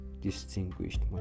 Distinguished